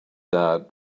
that